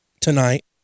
tonight